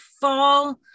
fall